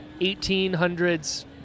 1800s